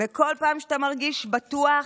כל פעם שאתה מרגיש בטוח,